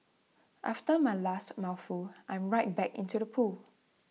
after my last mouthful I'm right back into the pool